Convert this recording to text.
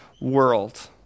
world